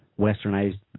Westernized